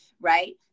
right